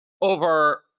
over